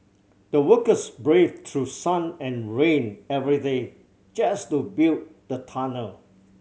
the workers braved through sun and rain every day just to build the tunnel